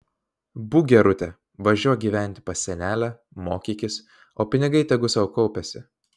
būk gerutė važiuok gyventi pas senelę mokykis o pinigai tegu sau kaupiasi